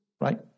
right